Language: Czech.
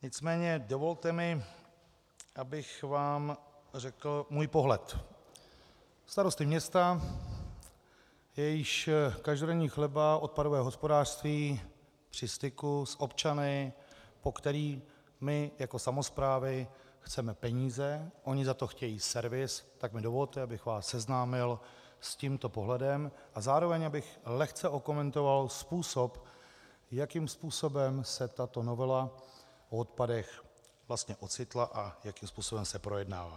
Nicméně dovolte mi, abych vám řekl svůj pohled starosty města, jehož každodenní chleba odpadové hospodářství při styku s občany, po kterých my jako samosprávy chceme peníze, oni za to chtějí servis, tak mi dovolte, abych vás seznámil s tímto pohledem, a zároveň abych lehce okomentoval způsob, jakým způsobem se tato novela o odpadech vlastně ocitla a jaký způsobem se projednává.